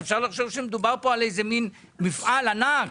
אפשר לחשוב שמדובר כאן על איזה מין מפעל ענק.